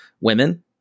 women